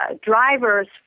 drivers